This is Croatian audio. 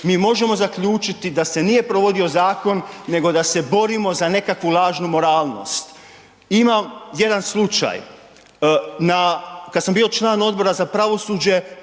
mi možemo zaključiti da se nije provodio zakon nego da se borimo za nekakvu lažnu moralnost. Ima jedan slučaj na, kad sam bio član Odbora za pravosuđe,